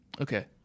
Okay